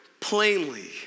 plainly